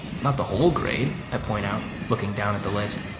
not the whole grade, i point out, looking down at the list.